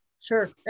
Sure